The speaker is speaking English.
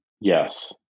Yes